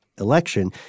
Election